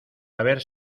haber